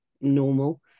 normal